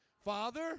Father